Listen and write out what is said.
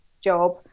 job